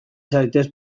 zaitez